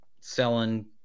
selling